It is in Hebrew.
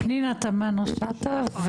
פנינה תמנו שטה.